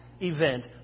event